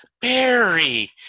Barry